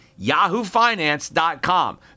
yahoofinance.com